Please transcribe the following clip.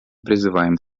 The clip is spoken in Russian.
призываем